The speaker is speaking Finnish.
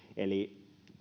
eli